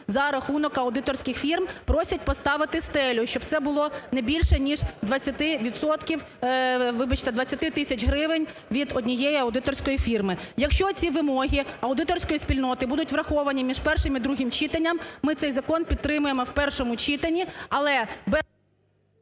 за рахунок аудиторських фірм, просять поставити "стелю", щоб це було не більше, ніж 20 відсотків, вибачте, 20 тисяч гривень від однієї аудиторської фірми. Якщо ці вимоги аудиторської спільноти будуть враховані між першим і другим читанням, ми цей закон підтримаємо в першому читанні,